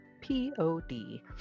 P-O-D